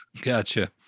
Gotcha